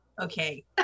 okay